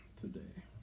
today